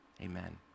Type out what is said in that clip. amen